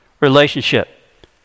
relationship